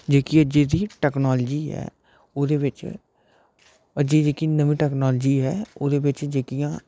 जेह्की अज्जे दी टेक्नोलॉजी ऐ ओह्दे बिच अज्जे दी जेह्की नमीं टेक्नोलॉजी ऐ ओह्दे बिच जेह्कियां